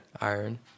Iron